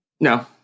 No